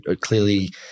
clearly